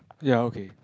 ya okay